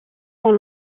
sont